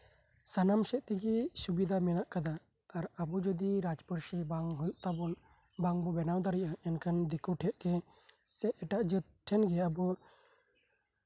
ᱥᱟᱱᱟᱢ ᱥᱮᱫ ᱛᱮᱜᱮ ᱥᱩᱵᱤᱫᱷᱟ ᱢᱮᱱᱟᱜ ᱠᱟᱫᱟ ᱟᱵᱚ ᱡᱚᱫᱤ ᱨᱟᱡᱽ ᱯᱟᱹᱨᱥᱤ ᱵᱟᱝ ᱦᱩᱭᱩᱜ ᱛᱟᱵᱳᱱᱟ ᱵᱟᱝᱠᱳ ᱵᱮᱱᱟᱣ ᱫᱟᱲᱮᱭᱟᱜᱼᱟ ᱢᱮᱱᱠᱷᱟᱱ ᱫᱤᱠᱩ ᱴᱷᱮᱡᱜᱮ ᱥᱮ ᱮᱴᱟᱜ ᱡᱟᱹᱛ ᱴᱷᱡᱜᱮ ᱟᱵᱚ